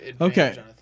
Okay